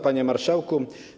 Panie Marszałku!